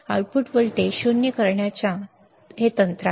output voltage Vo शून्य करण्याचे हे तंत्र आहे